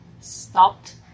stopped